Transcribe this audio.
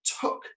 took